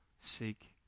seek